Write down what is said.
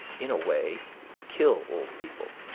in a way to kill old people,